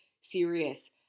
serious